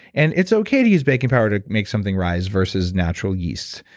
and it's okay to use baking powder to make something rise versus natural yeasts,